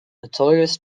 notorious